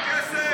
החזרת את הכסף?